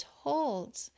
told